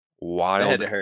Wild